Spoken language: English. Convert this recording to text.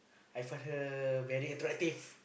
I find her very attractive